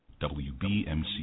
WBMC